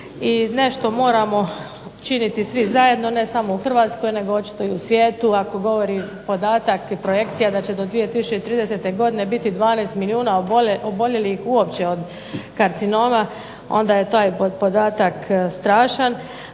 i nešto moramo činiti svi zajedno, ne samo u Hrvatskoj nego očito i u svijetu, ako govori podatak i projekcija da će do 2030. godine biti 12 milijuna oboljelih uopće od karcinoma, onda je taj podatak strašan,